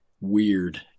weird